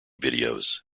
videos